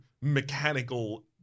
mechanical